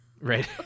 Right